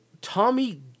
Tommy